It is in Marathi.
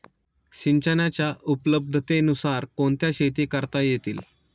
सिंचनाच्या उपलब्धतेनुसार कोणत्या शेती करता येतील?